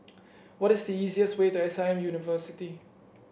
what is the easiest way to S I M University